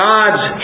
God's